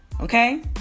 okay